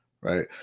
Right